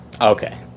okay